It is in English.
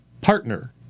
partner